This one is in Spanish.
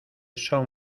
son